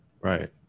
Right